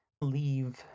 leave